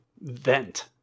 vent